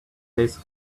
case